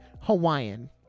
Hawaiian